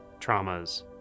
traumas